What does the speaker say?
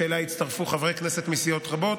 שאליה הצטרפו חברי כנסת מסיעות רבות,